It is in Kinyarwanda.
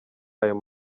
ayo